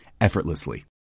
effortlessly